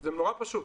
זה נורא פשוט.